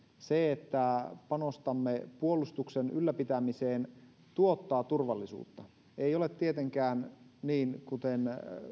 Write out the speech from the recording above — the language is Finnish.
se että panostamme puolustuksen ylläpitämiseen tuottaa turvallisuutta ei ole tietenkään niin kuten